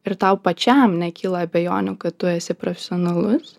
ir tau pačiam nekyla abejonių kad tu esi profesionalus